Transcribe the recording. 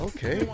Okay